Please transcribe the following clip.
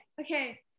okay